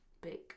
Big